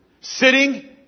sitting